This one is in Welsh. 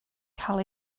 cael